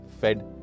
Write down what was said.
fed